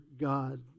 God